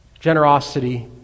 Generosity